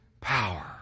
power